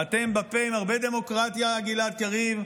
ואתם בפה עם הרבה דמוקרטיה, גלעד קריב,